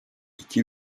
iki